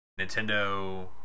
Nintendo